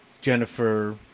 Jennifer